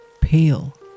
pale